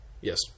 Yes